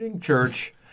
church